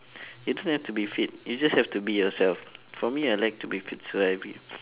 you don't have to be fit you just have to be yourself for me I like to be fit so I'll be